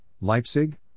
Leipzig